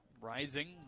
Rising